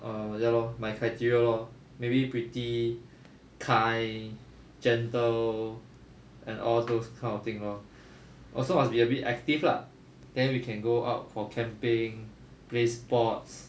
err ya lor my criteria lor maybe pretty kind gentle and all those kind of thing lor also must be a bit active lah then we can go out for camping play sports